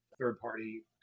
third-party